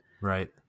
right